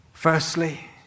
Firstly